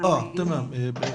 אבל בכל זאת חשוב לי,